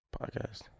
podcast